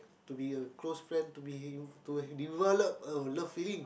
to be a close friend to be to to develop a love feeling